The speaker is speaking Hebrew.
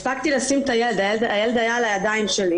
הספקתי לשים את הילד על כיסא הבטיחות הילד היה על הידיים שלי